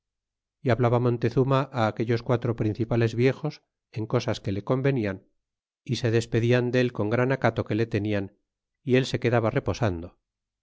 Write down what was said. é hablaba montezuma aquellos quatro principales viejos en cosas que le convenian y se despedían del con gran acato que le tenian y él se quedaba reposando